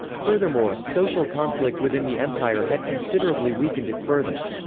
furthermore, social conflict within the empire had considerably weakened it further.